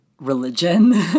religion